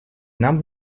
нам